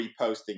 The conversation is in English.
reposting